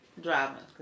Driving